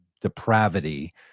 depravity